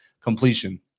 completion